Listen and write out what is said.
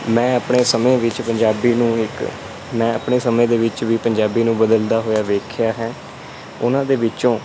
ਮੈਂ ਆਪਣੇ ਸਮੇਂ ਵਿੱਚ ਪੰਜਾਬੀ ਨੂੰ ਇੱਕ ਮੈਂ ਆਪਣੇ ਸਮੇਂ ਦੇ ਵਿੱਚ ਵੀ ਪੰਜਾਬੀ ਨੂੰ ਬਦਲਦਾ ਹੋਇਆ ਵੇਖਿਆ ਹੈ ਉਹਨਾਂ ਦੇ ਵਿੱਚੋਂ